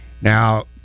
Now